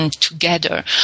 together